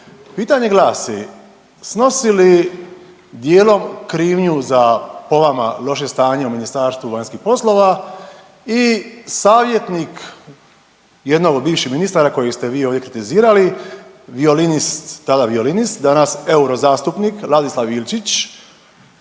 Pitanje glasi, snosi li dijelom krivnju za po vama loše stanje u Ministarstvu vanjskih poslova i savjetnik jednog od bivših ministara kojeg ste vi ovdje kritizirali violinist, tada violinist, danas euro zastupnik Ladislav Ilčić